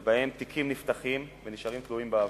שבה תיקים נפתחים ונשארים תלויים באוויר.